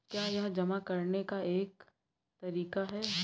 क्या यह जमा करने का एक तरीका है?